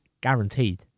guaranteed